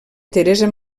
teresa